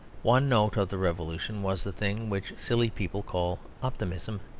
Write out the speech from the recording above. one note of the revolution was the thing which silly people call optimism,